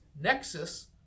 nexus